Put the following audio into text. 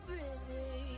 busy